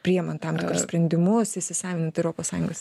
priimant tam tikrus sprendimus įsisavinti europos sąjungos